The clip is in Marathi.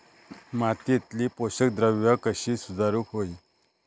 मातीयेतली पोषकद्रव्या कशी सुधारुक होई?